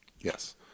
Yes